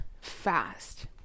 fast